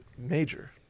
Major